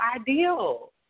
ideal